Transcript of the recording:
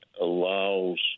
allows